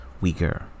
weaker